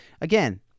again